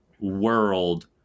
world